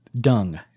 Dung